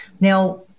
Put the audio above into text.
Now